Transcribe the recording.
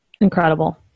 Incredible